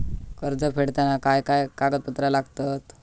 कर्ज फेडताना काय काय कागदपत्रा लागतात?